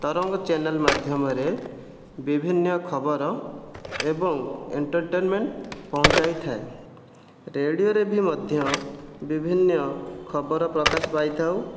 ତରଙ୍ଗ channel ମାଧ୍ୟମରେ ବିଭିନ୍ନ ଖବର ଏବଂ ଏଣ୍ଟର୍ଟେନ୍ମେଣ୍ଟ ପହଞ୍ଚାଇଥାଏ ରେଡିଓରେ ବି ମଧ୍ୟ ବିଭିନ୍ନ ଖବର ପ୍ରକାଶ ପାଇଥାଉ